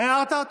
הערת?